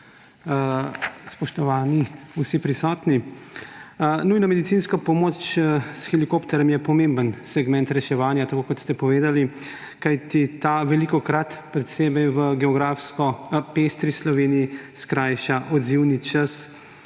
spoštovani vsi prisotni! Nujna medicinska pomoč s helikopterjem je pomemben segment reševanja, tako kot ste povedali, kajti ta velikokrat, posebej v geografsko pestri Sloveniji, skrajša odzivni čas